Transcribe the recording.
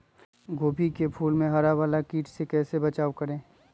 गोभी के फूल मे हरा वाला कीट से कैसे बचाब करें?